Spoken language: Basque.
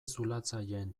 zulatzaileen